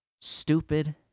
stupid